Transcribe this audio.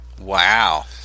Wow